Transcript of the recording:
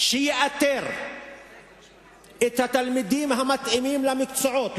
שיאתר את התלמידים המתאימים למקצועות,